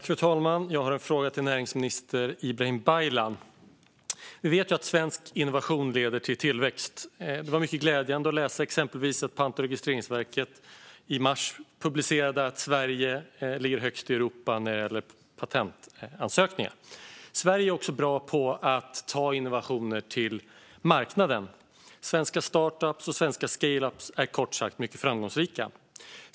Fru talman! Jag har en fråga till näringsminister Ibrahim Baylan. Vi vet att svensk innovation leder till tillväxt. Det var mycket glädjande att läsa att Patent och registreringsverket i mars publicerade uppgiften att Sverige ligger högst i Europa när det gäller patentansökningar. Sverige är också bra på att ta innovationer till marknaden. Svenska startups och svenska scaleups är kort sagt mycket framgångsrika.